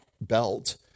belt